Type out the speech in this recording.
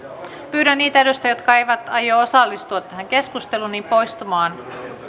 pyydän niitä edustajia jotka eivät aio osallistua tähän keskusteluun poistumaan